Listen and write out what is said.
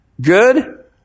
Good